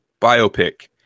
biopic